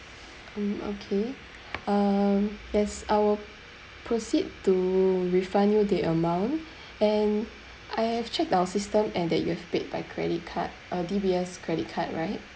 um okay um yes I will proceed to refund you the amount and I have checked our system and that you have paid by credit card uh D_B_S credit card right